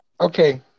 Okay